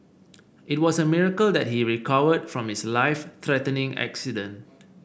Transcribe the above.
it was a miracle that he recovered from his life threatening accident